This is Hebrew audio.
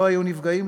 לא היו נפגעים,